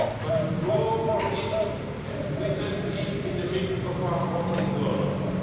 but to draw from it and to witness to it in the midst of our broken world.